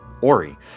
Ori